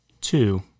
two